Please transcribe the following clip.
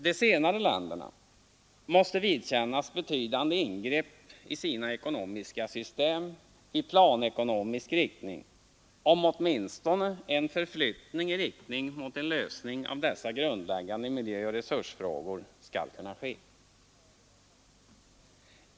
De senare länderna måste vidkännas betydande ingrepp i sina ekonomiska system i planekonomisk riktning om åtminstone en förflyttning i riktning mot en lösning av dessa grundläggande miljöoch resursfrågor skall kunna ske.